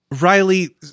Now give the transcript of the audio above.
Riley